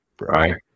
right